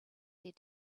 their